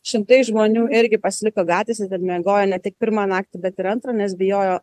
šimtai žmonių irgi pasiliko gatvėse ten miegojo ne tik pirmą naktį bet ir antrą nes bijojo